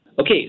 Okay